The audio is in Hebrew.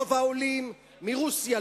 רוב העולים מרוסיה,